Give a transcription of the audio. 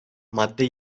madde